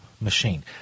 machine